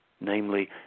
Namely